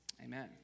amen